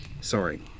Sorry